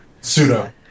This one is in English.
Pseudo